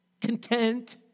content